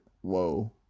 Whoa